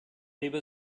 leave